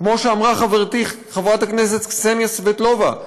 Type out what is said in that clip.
כמו שאמרה חברתי חברת הכנסת קסניה סבטלובה,